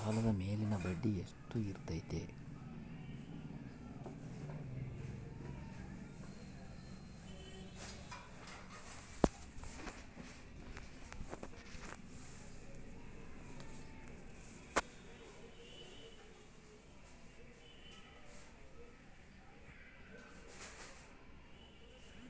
ಸಾಲದ ಮೇಲಿನ ಬಡ್ಡಿ ಎಷ್ಟು ಇರ್ತೈತೆ?